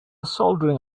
soldering